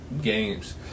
games